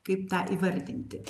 kaip tą įvardinti